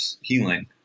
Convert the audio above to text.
healing